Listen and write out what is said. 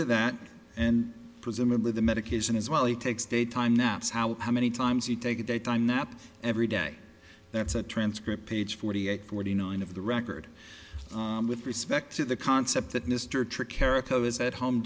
to that and presumably the medication as well he takes daytime naps how many times you take a daytime nap every day that's a transcript page forty eight forty nine of the record with respect to the concept that mr